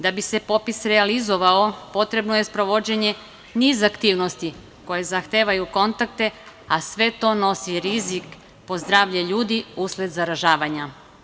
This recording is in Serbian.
Da bi se popis realizovao potrebno je sprovođenje niza aktivnosti koje zahtevaju kontakte, a sve to nosi rizik po zdravlje ljudi usled zaražavanja.